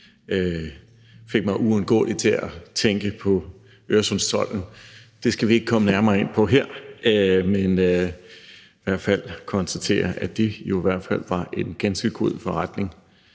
fik mig uundgåeligt til at tænke på Øresundstolden – det skal vi ikke komme nærmere ind på her, men vi kan i hvert fald konstatere, at det jo var en rigtig god forretning